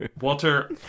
Walter